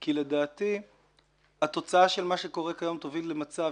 כי לדעתי התוצאה של מה שקורה כיום תוביל למצב